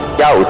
down